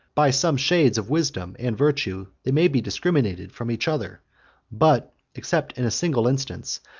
by some shades of wisdom and virtue, they may be discriminated from each other but, except in a single instance,